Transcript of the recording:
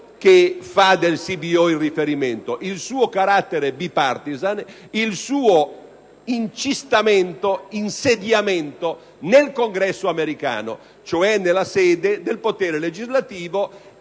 il suo carattere *bipartisan*, il suo "incistamento", il suo insediamento, nel Congresso americano, cioè nella sede del potere legislativo